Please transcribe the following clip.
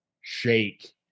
shake